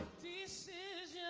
this is yeah